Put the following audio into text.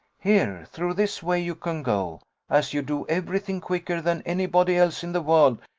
here through this way you can go as you do every thing quicker than any body else in the world,